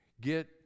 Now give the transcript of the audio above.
get